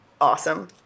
awesome